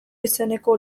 izeneko